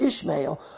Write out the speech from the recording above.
Ishmael